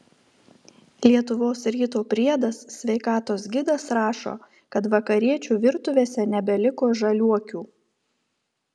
lietuvos ryto priedas sveikatos gidas rašo kad vakariečių virtuvėse nebeliko žaliuokių